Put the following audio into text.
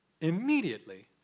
Immediately